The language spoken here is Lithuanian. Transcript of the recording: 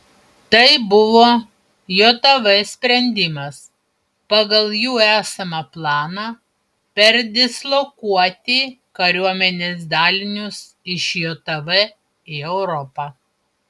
tai buvo jav sprendimas pagal jų esamą planą perdislokuoti kariuomenės dalinius iš jav į europą